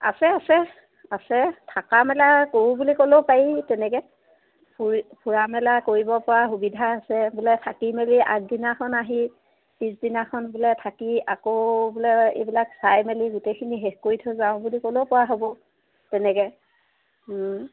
আছে আছে আছে থকা মেলা কৰোঁ বুলি ক'লেও পাৰি তেনেকৈ ফুৰি ফুৰা মেলা কৰিবপৰা সুবিধা আছে বোলে থাকি মেলি আগদিনাখন আহি পিছদিনাখন বোলে থাকি আকৌ বোলে এইবিলাক চাই মেলি গোটেইখিনি শেষ কৰি থৈ যাওঁ বুলি ক'লেও পৰা হ'ব তেনেকৈ